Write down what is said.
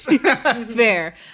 Fair